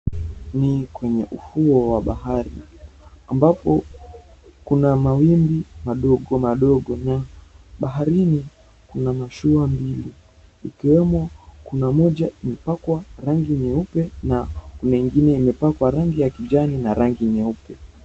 Ni kwenye ufuo wa bahari ambapo kuna mawimbi madogo madogo na baharini kuna mashua mbili ikiwemo kuna moja imepakwa rangi nyeupe na kuna ingine imepakwa rangi ya kijani na rangi nyeupe.